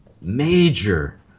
major